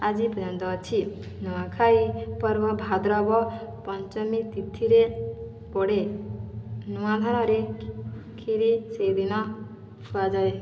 ଆଜି ପର୍ଯ୍ୟନ୍ତ ଅଛି ନୂଆଁଖାଇ ପର୍ବ ଭାଦ୍ରବ ପଞ୍ଚମୀ ତିଥିରେ ପଡ଼େ ନୂଆ ଧାନରେ କ୍ଷିରି ସେଇଦିନ ଖୁଆଯାଏ